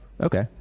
Okay